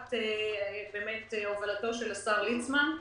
תחת הובלתו של השר ליצמן.